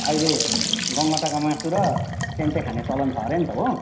अहिले गङ्गटाको मासु र सेन्ते खाने चलन छ अरे नि त हो